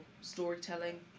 storytelling